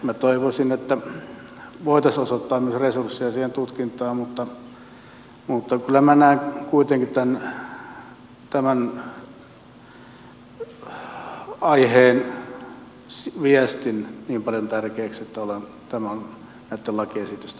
minä toivoisin että voitaisiin osoittaa myös resursseja siihen tutkintaan mutta kyllä minä näen kuitenkin tämän aiheen viestin niin paljon tärkeäksi että olen näitten lakiesitysten kannalla